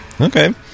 Okay